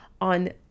on